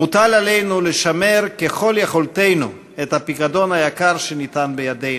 מוטל עלינו לשמר ככל יכולתנו את הפיקדון היקר שניתן בידינו,